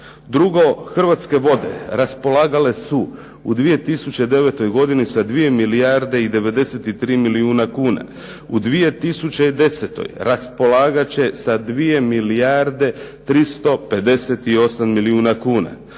Drugo, "Hrvatske vode" raspolagale su u 2009. godini sa 2 milijarde i 93 milijuna kuna. U 2010. raspolagat će sa 2 milijarde 358 milijuna kuna.